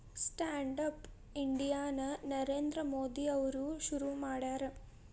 stand up India ನ ನರೇಂದ್ರ ಮೋದಿ ಅವ್ರು ಶುರು ಮಾಡ್ಯಾರ